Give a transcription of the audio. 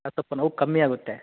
ಅದು ಸೊಲ್ಪ ನೋವು ಕಮ್ಮಿ ಆಗುತ್ತೆ